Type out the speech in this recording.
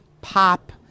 pop